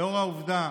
לאור העובדה